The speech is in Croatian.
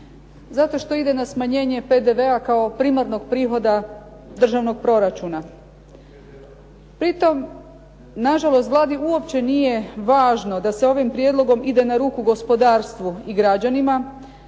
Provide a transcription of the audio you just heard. Zato što ide na smanjenje PDV-a kao primarnog prihoda državnog proračuna. Pri tome nažalost Vladi uopće nije važno da s ovim prijedlogom ide na ruku gospodarstvu i gradovima